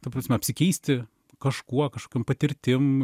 ta prasme apsikeisti kažkuo kažkokiom patirtim